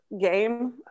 game